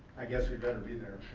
i guess we better be there,